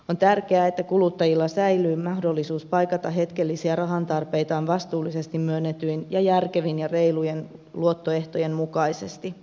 on tärkeää että kuluttajilla säilyy mahdollisuus paikata hetkellisiä rahantarpeitaan vastuullisesti myönnettyjen ja järkevien ja reilujen luottoehtojen mukaisesti